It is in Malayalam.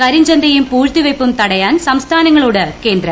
കരിഞ്ചന്തയും പൂഴ്ച്ച്ത്തിവയ്പ്പും തടയാൻ സംസ്ഥാനങ്ങളോട് ്കേന്ദ്രം